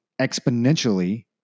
exponentially